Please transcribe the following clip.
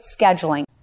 scheduling